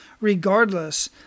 Regardless